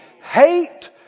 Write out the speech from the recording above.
Hate